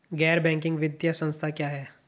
गैर बैंकिंग वित्तीय संस्था क्या है?